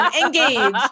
Engage